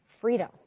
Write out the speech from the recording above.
freedom